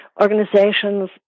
organizations